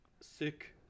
Sick